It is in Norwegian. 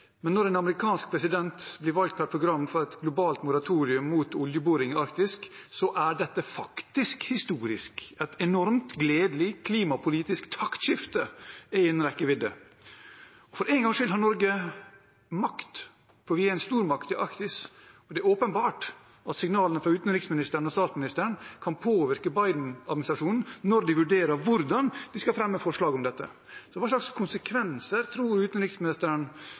men når en amerikansk president gikk til valg på et program for et globalt moratorium mot oljeboring i Arktis, så er dette faktisk historisk. Et enormt gledelig klimapolitisk taktskifte er innen rekkevidde. For en gangs skyld har Norge makt, for vi er en stormakt i Arktis, og det er åpenbart at signalene fra utenriksministeren og statsministeren kan påvirke Biden-administrasjonen når de vurderer hvordan de skal fremme forslag om dette. Hva slags konsekvenser tror utenriksministeren